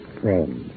friend